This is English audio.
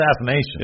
assassination